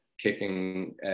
kicking